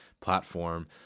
platform